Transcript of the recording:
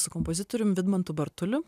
su kompozitorium vidmantu bartuliu